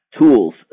tools